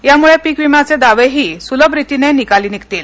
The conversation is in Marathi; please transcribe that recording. यामुळे पीक विम्याचे दावेहि सुलभ रितीने निकाली निघतील